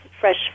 fresh